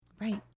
Right